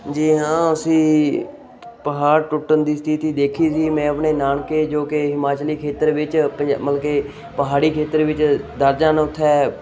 ਜੀ ਹਾਂ ਅਸੀਂ ਪਹਾੜ ਟੁੱਟਣ ਦੀ ਸਥਿਤੀ ਦੇਖੀ ਸੀ ਮੈਂ ਆਪਣੇ ਨਾਨਕੇ ਜੋ ਕਿ ਹਿਮਾਚਲੀ ਖੇਤਰ ਵਿੱਚ ਪੰਜ ਮਤਲਬ ਕਿ ਪਹਾੜੀ ਖੇਤਰ ਵਿੱਚ ਦਰਜ ਹਨ ਉੱਥੇ